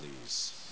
please